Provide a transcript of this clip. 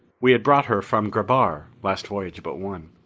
we had brought her from grebhar, last voyage but one.